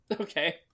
Okay